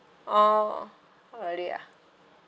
oh already ah